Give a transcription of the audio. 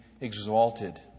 exalted